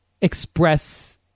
express